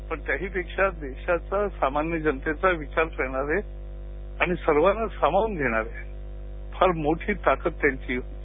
पण त्याहीपेक्षा देशाचा सामान्य जनतेचा विचार करणारे आणि सर्वांना सामावून घेणारी फार मोठी ताकद त्यांची होती